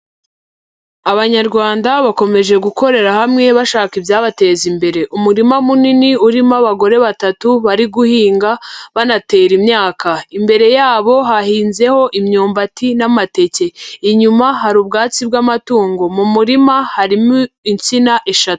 Abanyarwanda bakomeje gukorera hamwe bashaka ibyabateza imbere. Umurima munini urimo abagore batatu bari guhinga banatera imyaka. Imbere yabo hahinzeho imyumbati n'amateke. Inyuma hari ubwatsi bw'amatungo. Mu murima harimo insina eshatu.